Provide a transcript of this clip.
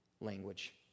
language